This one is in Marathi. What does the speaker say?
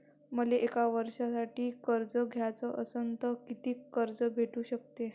मले एक वर्षासाठी कर्ज घ्याचं असनं त कितीक कर्ज भेटू शकते?